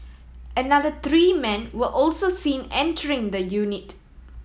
another three men were also seen entering the unit